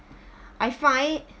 I find